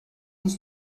uns